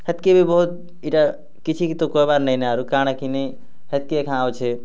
ହେତ୍କି ବି ବୋହୁତ୍ ଇଟା କିଛି କି ତୋ କହେବାର୍ ନେଇଁ ନାଁ ଆରୁ କାଣା କି ନେଇଁ ହେତ୍କି ଏଖାଁ ଅଛେ